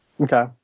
Okay